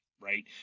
right